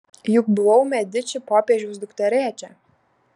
juk buvau mediči popiežiaus dukterėčia